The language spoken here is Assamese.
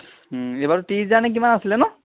এইবাৰটো ত্ৰিশ হেজাৰ নে কিমান আছিলে নো